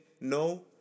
no